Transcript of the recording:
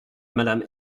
madame